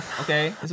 Okay